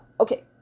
Okay